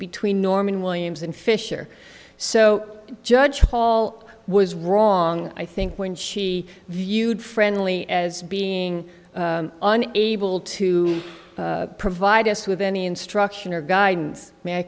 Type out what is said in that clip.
between norman williams and fisher so judge paul was wrong i think when she viewed friendly as being able to provide us with any instruction or guidance may i